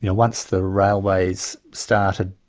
you know once the railways started,